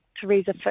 theresa